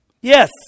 Yes